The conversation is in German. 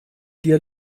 die